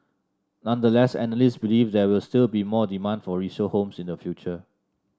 nonetheless analysts believe there will still be more demand for resale homes in the future